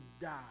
die